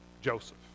Joseph